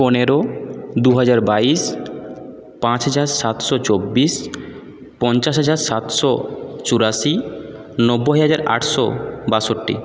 পনেরো দু হাজার বাইশ পাঁচ হাজার সাতশো চব্বিশ পঞ্চাশ হাজার সাতশো চুরাশি নব্বই হাজার আটশো বাষট্টি